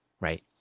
right